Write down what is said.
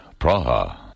Praha